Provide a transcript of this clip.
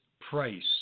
price